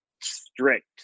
strict